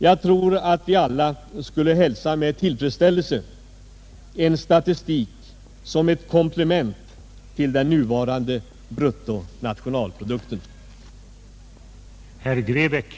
Jag tror att vi alla skulle med tillfredsställelse hälsa en statistik som ett komplement till den nuvarande bruttonationalprodukten.